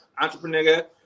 entrepreneur